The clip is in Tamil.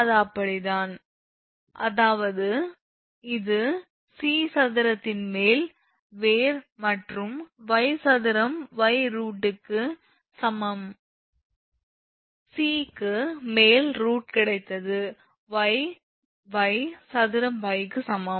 இது அப்படித்தான் அதாவது இது c சதுரத்தின் மேல் வேர் மற்றும் y சதுரம் y ரூட்டுக்கு சமம் c க்கு மேல் ரூட் கிடைத்தது y y சதுரம் y க்கு சமம்